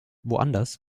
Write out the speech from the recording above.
woanders